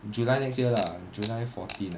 july next year lah july fourteen